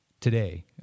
today